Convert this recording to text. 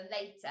later